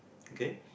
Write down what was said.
okay